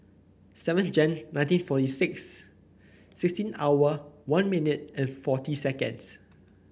seven Jan nineteen forty six sixteen hour one minute and forty seconds